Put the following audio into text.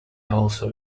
also